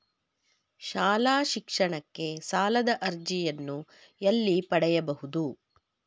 ಶಾಲಾ ಶಿಕ್ಷಣಕ್ಕೆ ಸಾಲದ ಅರ್ಜಿಯನ್ನು ಎಲ್ಲಿ ಪಡೆಯಬಹುದು?